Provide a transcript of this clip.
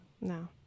No